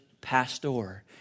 pastor